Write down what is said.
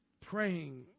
Praying